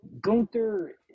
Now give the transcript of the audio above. Gunther